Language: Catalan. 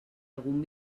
algun